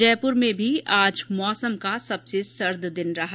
जयपुर में आज मौसम का सबसे ठंडा दिन रहा